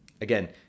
Again